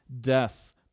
death